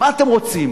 מה אתם רוצים,